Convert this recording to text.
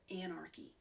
anarchy